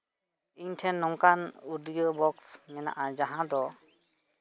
ᱤᱧᱴᱷᱮᱱ ᱱᱚᱝᱠᱟᱱ audio box ᱢᱮᱱᱟᱜᱼᱟ ᱡᱟᱦᱟᱸ ᱫᱚ